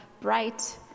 bright